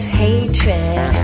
hatred